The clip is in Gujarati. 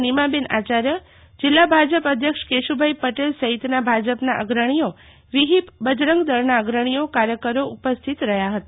નીમાબેન આચાર્ય જિલ્લા ભાજપ અધ્યક્ષ કેશુભાઇ પટેલ સફિતના ભાજપના અગ્રણીઓ વિફિપ બજરંગ દળના અગ્રણીઓ કાર્યકરો ઉપસ્થિત રહ્યા હતા